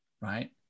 Right